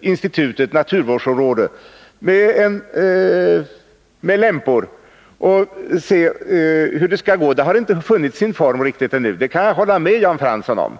institutet naturvårdsområde med lämpor och se hur det kommer att gå. Det har inte funnit sin form riktigt ännu — det kan jag hålla med Jan Fransson om.